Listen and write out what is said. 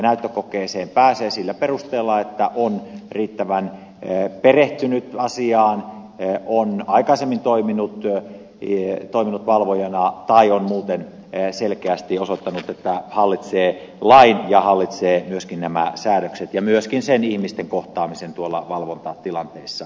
näyttökokeeseen pääsee sillä perusteella että on riittävän perehtynyt asiaan on aikaisemmin toiminut valvojana tai on muuten selkeästi osoittanut että hallitsee lain ja hallitsee myöskin nämä säädökset ja myöskin sen ihmisten kohtaamisen valvontatilanteessa